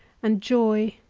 and joy,